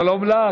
השלום לך?